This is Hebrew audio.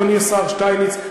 אדוני השר שטייניץ,